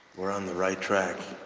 we're on the right track,